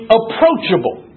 approachable